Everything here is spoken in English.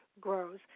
grows